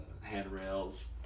handrails